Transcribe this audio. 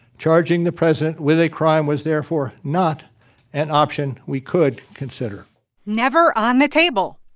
charging the president with a crime was, therefore, not an option we could consider never on the table.